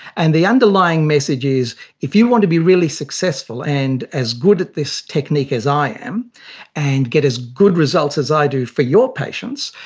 and the underlying message is if you want to be really successful and as good at this technique as i am and get as good results as i do for your patients,